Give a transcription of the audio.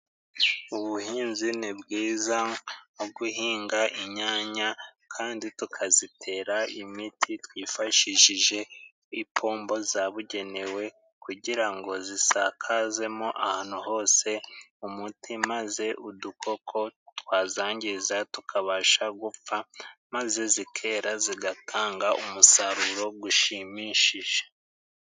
Ubuhinzi ni bwiza mu guhinga inyanya kandi tukazitera imiti twifashishije ipombo zabugenewe kugira ngo zisakazemo ahantu hose umuti maze udukoko twazangiza tukabasha gupfa maze zikera zigatanga umusaruro gushimishije.